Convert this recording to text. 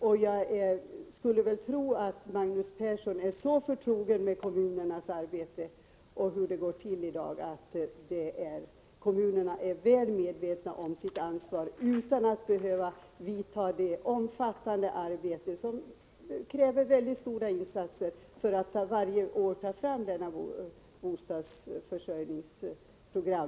Jag skulle tro att Magnus Persson är så förtrogen med kommunernas arbete och hur det går till att han förstår att man ute i kommunerna är väl medveten om sitt ansvar utan att man skall behöva göra väldigt stora insatser för att varje år ta fram detta bostadsförsörjningsprogram.